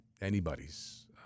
anybody's